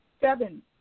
seven